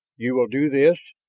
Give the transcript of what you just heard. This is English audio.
you will do this?